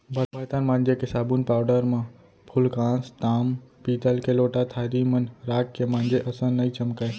बरतन मांजे के साबुन पाउडर म फूलकांस, ताम पीतल के लोटा थारी मन राख के मांजे असन नइ चमकय